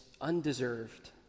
undeserved